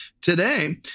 today